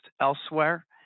elsewhere